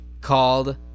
called